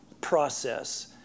process